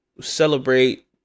celebrate